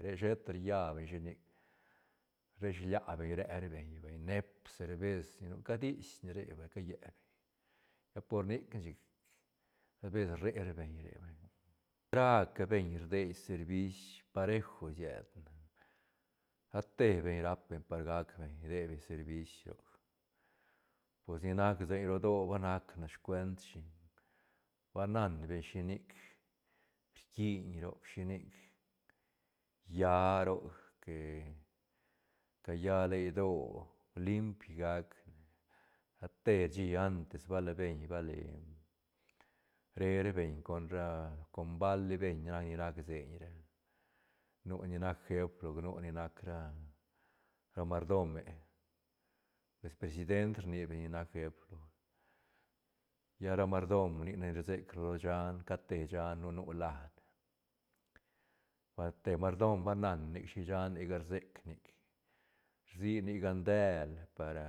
Re sheta ria beñ shinic rdeshilia beñ re ra beñ vay neep cervez ni nu cadisne re vay ca lle beñ lla por nic chic tal vez rre ra beñ re vay, ra ca beñ rdie servis parejo siedne ra te beñ rap beñ por gac beñ rdie beñ servis roc pues ni seiñ ro idoö pues ba nacne scuent shi ba nan beñ shinic rquiñ roc shinic ya roc que caya len idoö limp gac rate shí antes bale beñ bali re ra beñ con ra com bali beñ nac ni rac seiñ ra nu ni nac jeef loga nu ni rac ra- ra mardone pues president rni beñ ni nac jeef lla ra mardom nic ne rsec lo shan cat te shan nu- nu lane bal te mardom ba nan nic shi shanega rsec nic rsni nic gandel para